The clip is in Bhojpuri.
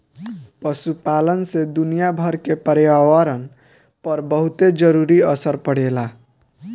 पशुपालन से दुनियाभर के पर्यावरण पर बहुते जरूरी असर पड़ेला